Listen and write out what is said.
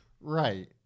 Right